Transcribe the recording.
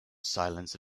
silence